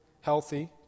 healthy